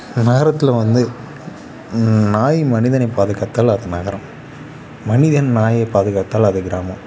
நகரத்தில் வந்து நாய் மனிதனை பாதுகாத்தால் அது நகரம் மனிதன் நாயை பாதுகாத்தால் அது கிராமம்